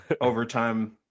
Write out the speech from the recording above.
Overtime